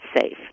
safe